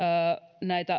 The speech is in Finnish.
näitä